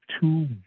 two